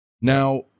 Now